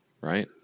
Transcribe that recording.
right